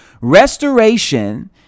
Restoration